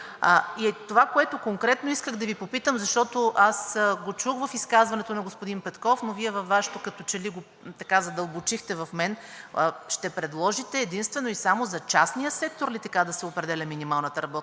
И това, което конкретно исках да Ви попитам, защото аз го чух в изказването на господин Петков, но Вие във Вашето като че ли го задълбочихте в мен – ще предложите единствено и само за частния сектор ли така да се определя минималната работна